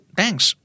thanks